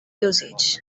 usage